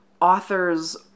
authors